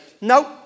nope